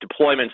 deployments